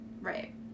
right